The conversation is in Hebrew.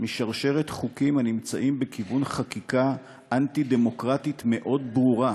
בשרשרת חוקים הנמצאים בכיוון חקיקה אנטי-דמוקרטית מאוד ברורה,